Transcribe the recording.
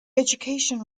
education